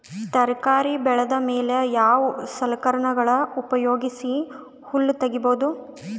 ತರಕಾರಿ ಬೆಳದ ಮೇಲೆ ಯಾವ ಸಲಕರಣೆಗಳ ಉಪಯೋಗಿಸಿ ಹುಲ್ಲ ತಗಿಬಹುದು?